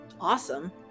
Awesome